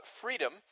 freedom